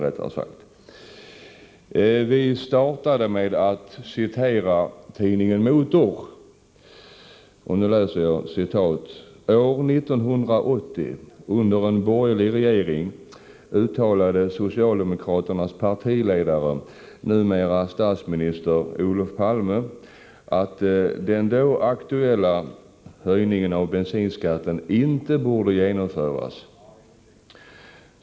Vi började med att citera en artikel i tidningen Motor och skrev: ”År 1980, under en borgerlig regering, uttalade socialdemokraternas partiledare, numera statsminister Olof Palme, att den då aktuella höjningen av bensinskatten inte borde genomföras.